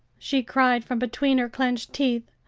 she cried from between her clenched teeth.